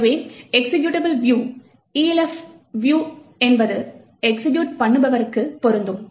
எனவே executable view Elf view என்பது execute பண்ணுபவருக்கு பொருந்தும்